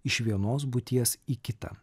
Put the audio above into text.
iš vienos būties į kitą